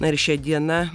na ir šia diena